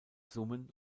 summen